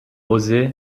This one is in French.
osé